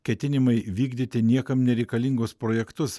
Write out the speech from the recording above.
ketinimai vykdyti niekam nereikalingus projektus